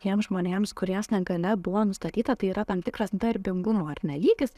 tiems žmonėms kuries negalia buvo nustatyta tai yra tam tikras darbingumo ar ne lygis